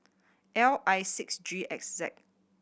L I six G X Z